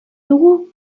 dugu